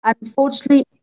Unfortunately